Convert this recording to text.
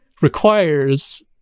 requires